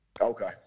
Okay